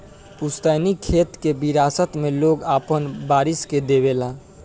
पुस्तैनी खेत के विरासत मे लोग आपन वारिस के देवे ला